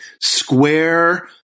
square